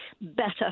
better